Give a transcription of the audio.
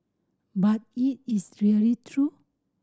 but is it really true